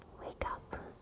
wake up.